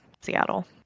Seattle